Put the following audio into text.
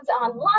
online